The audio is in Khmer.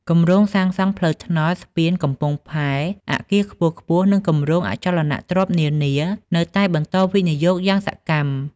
គម្រោងសាងសង់ផ្លូវថ្នល់ ស្ពាន កំពង់ផែ អគារខ្ពស់ៗ និងគម្រោងអចលនទ្រព្យនានានៅតែបន្តវិនិយោគយ៉ាងសកម្ម។